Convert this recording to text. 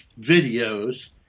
videos